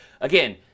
again